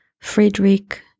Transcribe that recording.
Friedrich